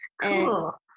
Cool